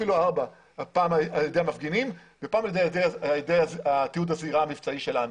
פעם על ידי המפגינים ופעם על ידי התיעוד המבצעי שלנו.